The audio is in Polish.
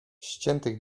ściętych